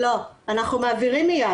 לא, אנחנו מעבירים מיד.